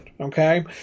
Okay